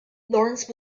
lawrence